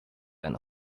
eine